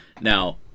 Now